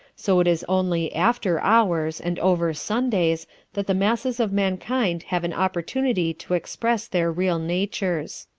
so it is only after hours and over sundays that the masses of mankind have an opportunity to express their real natures.